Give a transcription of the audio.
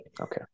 okay